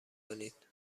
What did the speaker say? کنید